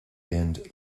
end